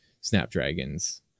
Snapdragons